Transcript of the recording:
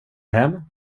hem